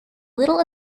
little